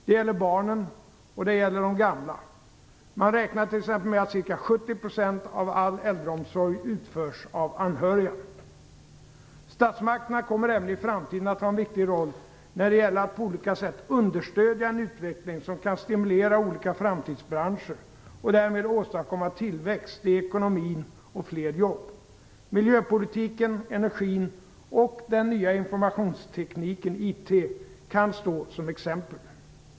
Det gäller barnen och det gäller de gamla. Man räknar t.ex. med att ca 70 % av all äldreomsorg utförs av anhöriga. Statsmakten kommer även i framtiden att ha en viktig roll när det gäller att på olika sätt understödja en utveckling som kan stimulera olika framtidsbranscher och därmed åstadkomma tillväxt i ekonomin och fler jobb. Miljöpolitiken, energin och den nya informationstekniken, IT, kan stå som exempel.